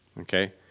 Okay